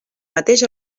mateix